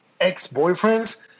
ex-boyfriends